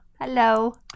Hello